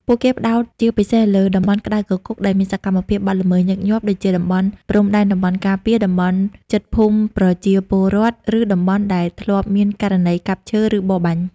ពួកគេផ្តោតជាពិសេសលើ តំបន់ក្តៅគគុក ដែលមានសកម្មភាពបទល្មើសញឹកញាប់ ដូចជាតំបន់ព្រំដែនតំបន់ការពារ តំបន់ជិតភូមិប្រជាពលរដ្ឋ ឬតំបន់ដែលធ្លាប់មានករណីកាប់ឈើ ឬបរបាញ់។